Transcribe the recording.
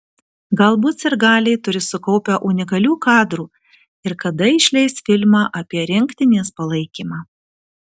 galbūt sirgaliai turi sukaupę unikalių kadrų ir kada išleis filmą apie rinktinės palaikymą